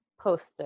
posted